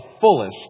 fullest